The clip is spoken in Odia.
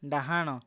ଡ଼ାହାଣ